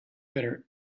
better